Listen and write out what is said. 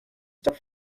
stop